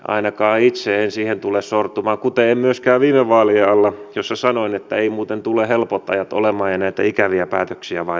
ainakaan itse en tule siihen sortumaan kuten en myöskään viime vaalien alla jolloin sanoin että ei muuten tule helpot ajat olemaan ja näitä ikäviä päätöksiä vain tulee